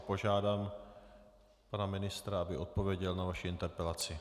Požádám pana ministra, aby odpověděl na vaši interpelaci.